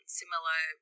similar